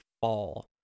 fall